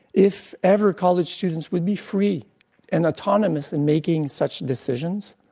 if ever college students would be free and autonomous in making such de cisions,